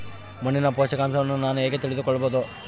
ಮಣ್ಣಿನ ಪೋಷಕಾಂಶವನ್ನು ನಾನು ಹೇಗೆ ತಿಳಿದುಕೊಳ್ಳಬಹುದು?